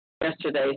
yesterday